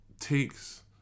takes